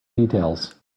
details